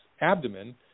abdomen